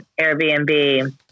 airbnb